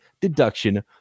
deduction